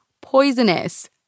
poisonous